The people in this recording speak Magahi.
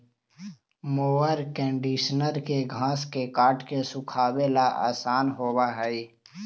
मोअर कन्डिशनर के घास के काट के सुखावे ला आसान होवऽ हई